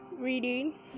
reading